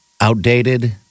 outdated